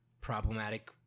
problematic